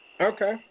Okay